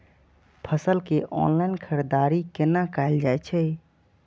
फसल के ऑनलाइन खरीददारी केना कायल जाय छै?